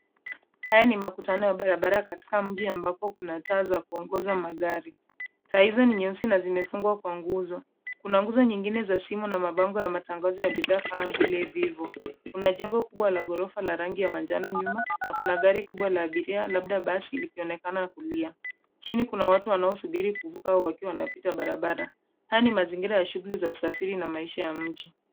Haya ni makutano ya barabara katika mji ambapo kuna taa za kuongoza magari. Taa hizo ni nyeusi na zimefungwa kwa nguzo. Kuna nguzo nyingine za simu na mabango ya matangazo yabidhaa kama vile vivo. Kuna jengo kubwa la ghorofa la rangi ya manjano nyuma na kuna gari kubwa la abiria labda basi likionekana kulia chini kuna watu wanaosubiri kuvuka au wakiwa wanapita barabara. Haya ni mazingira ya shughuli za usafiri na maisha ya mji.